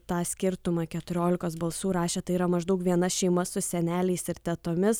tą skirtumą keturiolikos balsų rašė tai yra maždaug viena šeima su seneliais ir tetomis